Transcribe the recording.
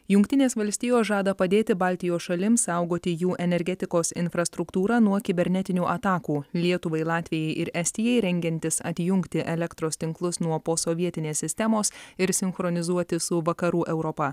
jungtinės valstijos žada padėti baltijos šalims saugoti jų energetikos infrastruktūrą nuo kibernetinių atakų lietuvai latvijai ir estijai rengiantis atjungti elektros tinklus nuo posovietinės sistemos ir sinchronizuoti su vakarų europa